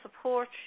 support